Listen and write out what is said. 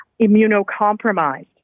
immunocompromised